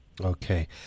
okay